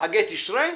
חגי תשרי,